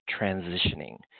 transitioning